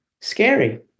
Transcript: scary